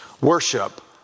worship